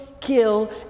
kill